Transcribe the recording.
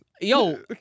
Yo